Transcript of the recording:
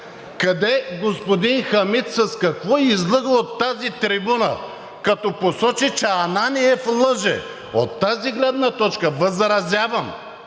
Къде господин Хамид, с какво излъга от тази трибуна, като посочи, че Ананиев лъже?! От тази гледна точка възразявам